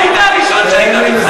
איפה שנותנים לך כיסא,